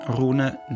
Rune